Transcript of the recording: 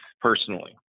personally